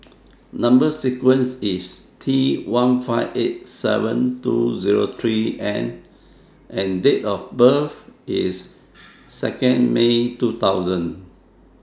Number sequence IS T one five eight seven two Zero three N and Date of birth IS two May two thousand